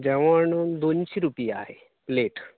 जेवण दोनशे रुपया प्लेट